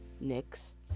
next